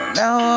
now